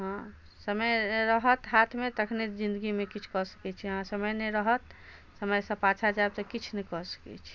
हँ समय रहत हाथ मे तखने जिन्दगी मे किछु कऽ सकै छी अहाँ समय नहि रहत समय सॅं पाछाँ जायब तऽ किछु नहि कऽ सकै छी